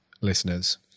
listeners